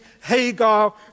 Hagar